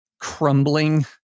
crumbling